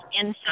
inside